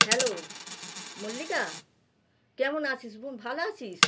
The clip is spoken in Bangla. হ্যালো মল্লিকা কেমন আছিস বোন ভালো আছিস